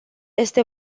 este